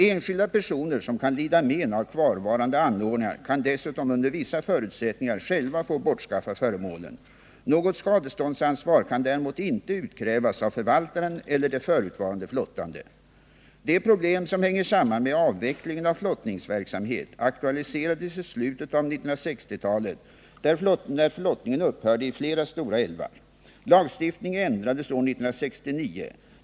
Enskilda personer som kan lida men av kvarvarande anordningar kan dessutom under vissa förutsättningar själva få bortskaffa föremålen. Något skadeståndsansvar kan däremot inte utkrävas av förvaltaren eller de förutvarande flottande. De problem som hänger samman med avvecklingen av flottningsverksamhet aktualiserades i slutet av 1960-talet när Aottningen upphörde i flera stora älvar. Lagstiftningen ändrades år 1969.